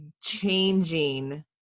changing